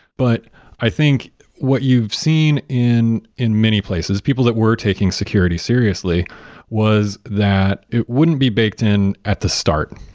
but i think what you've seen in in many places, people that were taking security seriously was that it wouldn't be baked in at the start.